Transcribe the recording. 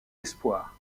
espoirs